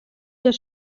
der